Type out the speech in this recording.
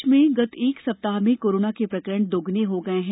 प्रदेश में गत एक सप्ताह में कोरोना के प्रकरण दोगुने हो गए हैं